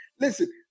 Listen